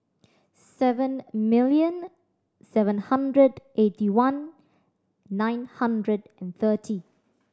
seven million seven hundred eighty one nine hundred and thirty